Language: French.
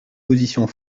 positions